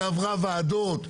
שעברה ועדות,